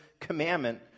commandment